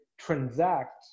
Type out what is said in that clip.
transact